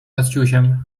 maciusiem